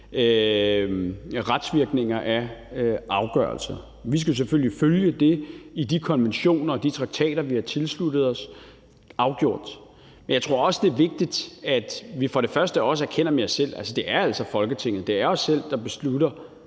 retsvirkninger af afgørelser. Vi skal selvfølgelig følge de konventioner og traktater, vi har tilsluttet os – afgjort. Men jeg tror også, det er vigtigt, at vi erkender med os selv, at det altså er Folketinget, det er os selv, der beslutter